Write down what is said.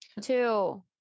Two